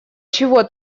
чего